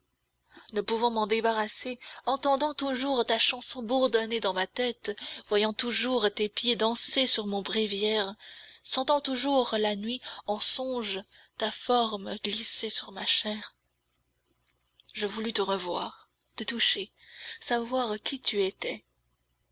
ne pouvant m'en débarrasser entendant toujours ta chanson bourdonner dans ma tête voyant toujours tes pieds danser sur mon bréviaire sentant toujours la nuit en songe ta forme glisser sur ma chair je voulus te revoir te toucher savoir qui tu étais